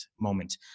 moment